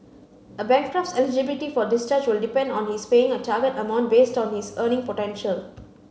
a bankrupt's eligibility for discharge will depend on his paying a target amount based on his earning potential